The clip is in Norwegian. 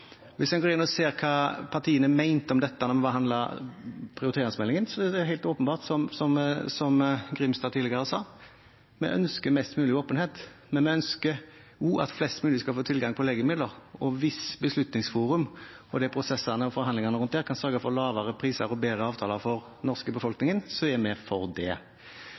om dette da vi behandlet prioriteringsmeldingen, er det helt åpenbart, som Grimstad tidligere sa: Vi ønsker mest mulig åpenhet, men vi ønsker også at flest mulig skal få tilgang på legemidler. Hvis Beslutningsforum og prosessene og forhandlingene rundt det kan sørge for lavere priser og bedre avtaler for den norske befolkningen, er vi for det. Så er det interessant: Nå har vi behandlet to saker der det